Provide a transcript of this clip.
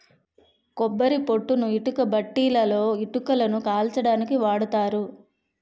కొబ్బరి పొట్టుని ఇటుకబట్టీలలో ఇటుకలని కాల్చడానికి వాడతారు